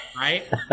right